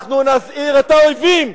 אנחנו נזהיר את האויבים,